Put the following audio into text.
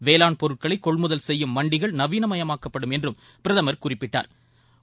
வேளாண் பொருட்களைகொள்முதல் செய்யும் மண்டிகள் நவீனமாக்கப்படும் என்றும் பிரதமர் குறிப்பிட்டா்